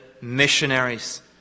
missionaries